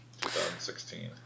2016